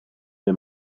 dei